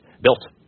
built